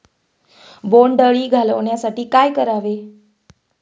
बोंडअळी घालवण्यासाठी काय करावे?